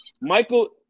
Michael